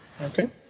Okay